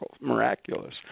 miraculous